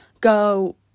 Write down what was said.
go